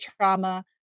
trauma